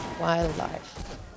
wildlife